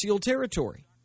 territory